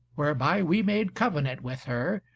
whereby we made covenant with her,